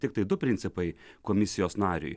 tiktai du principai komisijos nariui